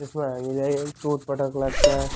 त्यसमा हामीलाई चोटपटक लाग्छ